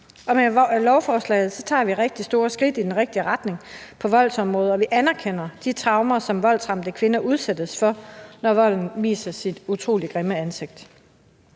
Med lovforslaget tager vi rigtig store skridt i den rigtige retning på voldsområdet, og vi anerkender de traumer, som voldsramte kvinder udsættes for, når volden viser sit utrolig grimme ansigt.